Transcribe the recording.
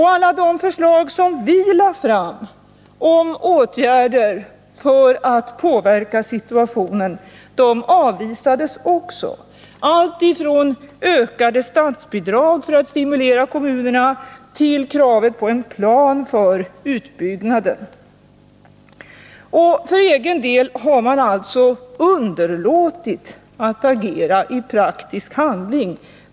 Alla de förslag som vi lade fram om åtgärder för att påverka situationen — alltifrån ökade statsbidrag för att stimulera kommunerna till krav på en plan för utbyggnad — avvisades också. För egen del har regeringen underlåtit att agera i praktisk handling.